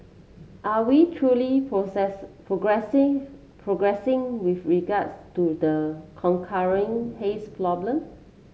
are we truly process progressing progressing with regards to the haze problem